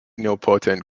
nilpotent